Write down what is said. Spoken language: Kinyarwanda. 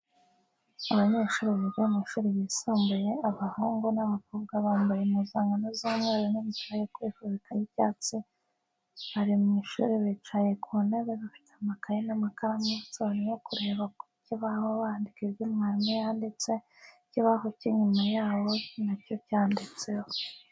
Abanyeshuri biga mu ishuri ryisumbuye, abahungu n'abakobwa bambaye impuzankano z'umweru n'imipira yo kwifubika y'icyatsi bari mu ishuri bicaye ku ntebe bafite amakaye n'amakaramu bose barimo kureba ku kibaho bandika ibyo mwarimu yahanditse, ikibaho cy'inyuma yabo nacyo cyanditseho.